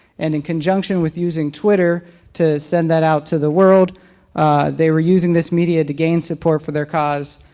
and in conjunction with using twitter to send that out to the world they were using this media to gain support for their cause.